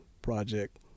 project